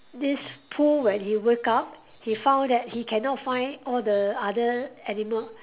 this Pooh when he wake up he found that he cannot find all the other animal